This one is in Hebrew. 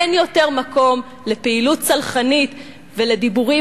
אין יותר מקום לפעילות סלחנית ולדיבורים